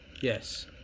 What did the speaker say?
Yes